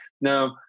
Now